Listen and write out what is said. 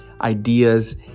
ideas